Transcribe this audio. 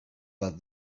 bat